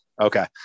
okay